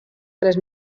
tres